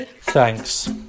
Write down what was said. Thanks